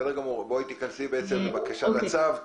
בסדר גמור, תיכנסי לבקשת הצו.